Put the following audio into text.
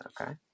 okay